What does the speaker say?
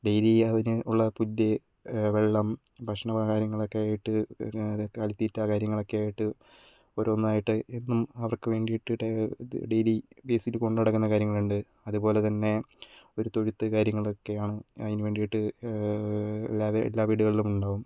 daily അതിന് ഉള്ള പുല്ല് വെള്ളം ഭക്ഷണ കാര്യങ്ങളൊക്കെ ആയിട്ട് കാലിത്തീറ്റ കാര്യങ്ങളൊക്കെ ആയിട്ട് ഓരോന്നായിട്ട് എന്നും അവർക്ക് വേണ്ടിയിട്ട് ഇത് ഡെയ്ലി ബേസിൽ കൊണ്ടുനടക്കുന്ന കാര്യങ്ങളുണ്ട് അതുപോലെതന്നെ ഒരു തൊഴുത്ത് കാര്യങ്ങളൊക്കെ ആണ് അതിനു വേണ്ടിയിട്ട് അല്ലാതെ എല്ലാ വീടുകളിലും ഉണ്ടാവും